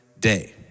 day